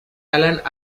alan